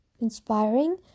inspiring